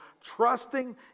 trusting